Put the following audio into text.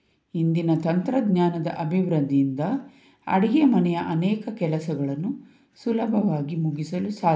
ಇಂದಿನ ತಂತ್ರಜ್ಞಾನದ ಅಭಿವೃದ್ಧಿಯಿಂದ ಅಡಿಗೆ ಮನೆಯ ಅನೇಕ ಕೆಲಸಗಳನ್ನು ಸುಲಭವಾಗಿ ಮುಗಿಸಲು ಸಾಧ್ಯ